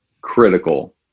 critical